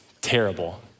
terrible